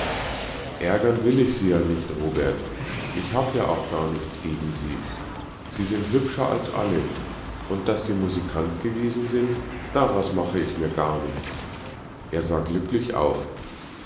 ärgern will ich sie ja nicht robert ich hab ja auch gar nichts gegen sie sie sind hübscher als alle und daß sie musikant gewesen sind daraus mache ich mir gar nichts er sah glücklich auf